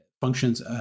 functions